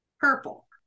Purple